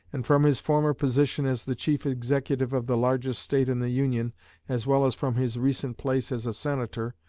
and from his former position as the chief executive of the largest state in the union as well as from his recent place as a senator,